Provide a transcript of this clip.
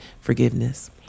forgiveness